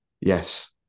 Yes